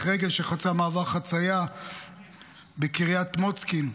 רגל שחצה מעבר חצייה בקריית מוצקין.